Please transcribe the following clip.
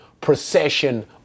procession